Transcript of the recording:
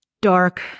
dark